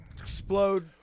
explode